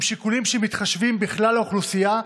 הם שיקולים שמתחשבים בכלל האוכלוסייה,